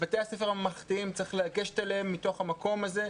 בבתי הספר הממלכתיים צריך לגשת אליהם מתוך המקום הזה,